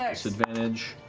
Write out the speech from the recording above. yeah disadvantage.